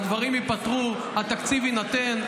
הדברים ייפתרו, התקציב יינתן.